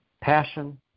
passion